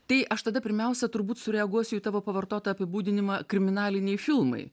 tai aš tada pirmiausia turbūt sureaguosiu į tavo pavartotą apibūdinimą kriminaliniai filmai